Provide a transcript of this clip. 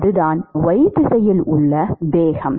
அதுதான் y திசையில் உள்ள வேகம்